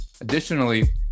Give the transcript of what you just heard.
Additionally